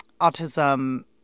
autism